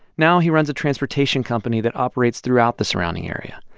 now he runs a transportation company that operates throughout the surrounding area.